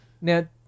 Now